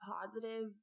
positive